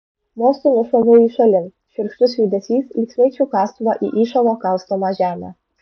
mostu nušlaviau jį šalin šiurkštus judesys lyg smeigčiau kastuvą į įšalo kaustomą žemę